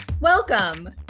Welcome